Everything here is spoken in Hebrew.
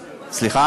מה עם השופטים?